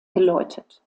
geläutet